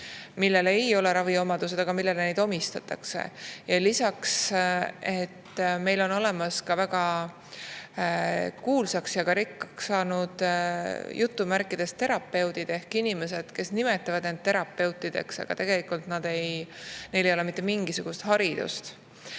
millel ei ole raviomadusi, aga millele neid omistatakse. Lisaks on meil on olemas ka väga kuulsaks ja rikkaks saanud "terapeudid" ehk inimesed, kes nimetavad end terapeutideks, aga tegelikult neil ei ole mitte mingisugust eriharidust.